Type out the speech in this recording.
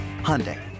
Hyundai